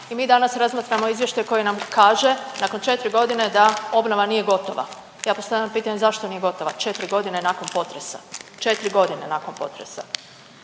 I mi danas razmatramo izvještaj koji nam kaže nakon 4 godine da obnova nije gotova. Ja postavljam pitanje zašto nije gotova 4 godine nakon potresa? 4 godine nakon potresa.